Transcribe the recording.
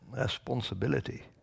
responsibility